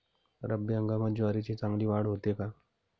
रब्बी हंगामात ज्वारीची चांगली वाढ होते का?